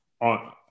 on